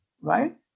right